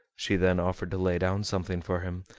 she then offered to lay down something for him,